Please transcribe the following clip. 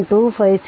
256 0